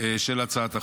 של הצעת החוק,